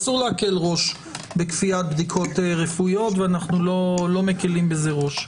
אין להקל ראש בכפיית בדיקות רפואיות ואנו לא מקלים בזה ראש.